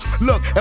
Look